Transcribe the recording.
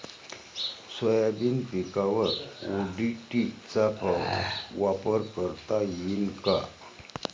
Soybean पिकावर ODT चा वापर करता येईन का?